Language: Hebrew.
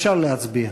אפשר להצביע.